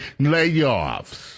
layoffs